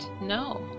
no